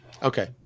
Okay